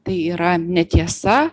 tai yra netiesa